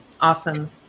Awesome